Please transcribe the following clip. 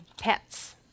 pets